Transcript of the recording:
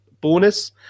bonus